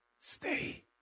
Stay